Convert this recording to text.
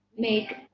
make